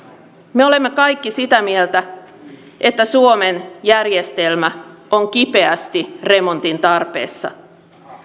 me olemme kaikki sitä mieltä että suomen järjestelmä on kipeästi remontin tarpeessa